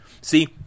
See